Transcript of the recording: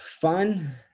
fun